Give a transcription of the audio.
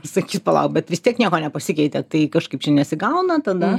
sakys palauk bet vis tiek nieko nepasikeitė tai kažkaip čia nesigauna tada